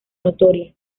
notoria